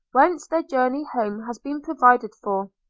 whence their journey home has been provided for,